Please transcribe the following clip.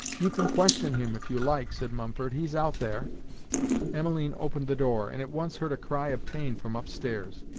you can question him, if you like said mumford. he's out there emmeline opened the door, and at once heard a cry of pain from upstairs.